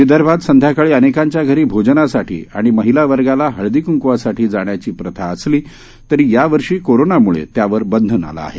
विदर्भात संध्याकाळी अनेकांच्या घरी भोजनासाठी आणि महिलावर्गाला हळदीकंकुसाठी जाण्याची प्रथा असली तरी यावर्षी कोरोनामुळे त्यावर बंधन आलं आहे